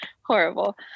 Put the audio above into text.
horrible